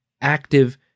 active